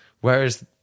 Whereas